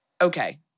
Okay